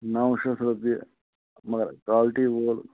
نَو شیٚتھ رۅپیہِ مَگر کالٹٚی وول